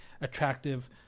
attractive